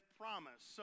promise